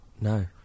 No